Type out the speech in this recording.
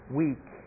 weak